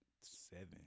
Seven